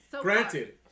Granted